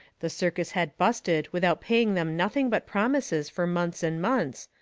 the circus had busted without paying them nothing but promises fur months and months,